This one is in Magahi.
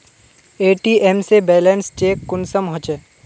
ए.टी.एम से बैलेंस चेक कुंसम होचे?